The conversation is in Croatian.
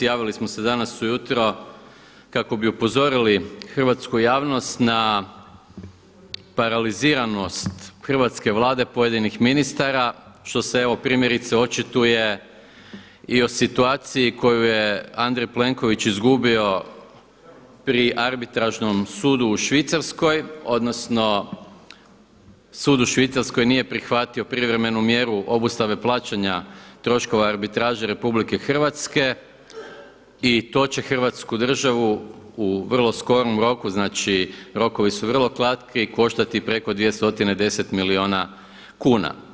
Javili smo se danas ujutro kako bi upozorili hrvatsku javnost na paraliziranost hrvatske Vlade, pojedinih ministara što se evo primjerice očituje i o situaciji koju je Andrej Plenković izgubio pri Arbitražnom sudu u Švicarskoj odnosno sud u Švicarskoj nije prihvatio privremenu mjeru obustave plaćanja troškova arbitraže RH i to će Hrvatsku državu u vrlo skorom roku, rokovi su vrlo kratki koštati preko 210 milijuna kuna.